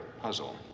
puzzle